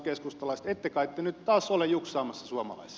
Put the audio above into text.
ette kai te nyt taas ole juksaamassa suomalaisia